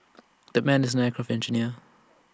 the man is an aircraft engineer